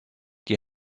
die